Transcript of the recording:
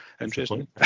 Interesting